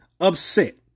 upset